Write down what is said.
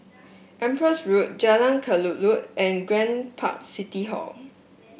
Empress Road Jalan Kelulut and Grand Park City Hall